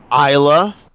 Isla